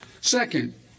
Second